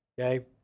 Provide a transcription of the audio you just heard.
okay